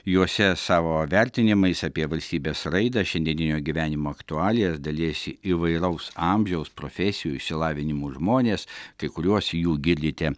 juose savo vertinimais apie valstybės raidą šiandieninio gyvenimo aktualijas dalijasi įvairaus amžiaus profesijų išsilavinimo žmonės kai kuriuos jų girdite